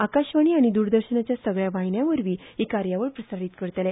आकाशवाणी आनी द्रदर्शनाच्या सगळया वाहीनीवरवी ही कार्यावळ प्रसारीत करतले